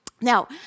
Now